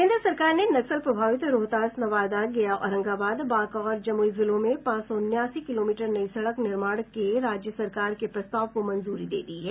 केन्द्र सरकार ने नक्सल प्रभावित रोहतास नवादा गया औरंगाबाद बांका और जमुई जिलों में पांच सौ उन्यासी किलोमीटर नई सड़क निर्माण के राज्य सरकार के प्रस्ताव को मंजूरी दे दी है